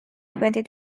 twenty